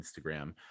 instagram